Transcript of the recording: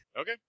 Okay